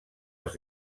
els